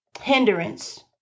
hindrance